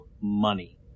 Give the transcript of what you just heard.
money